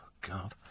God